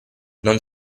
non